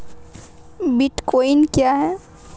Bitcoin क्या है?